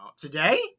Today